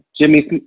Jimmy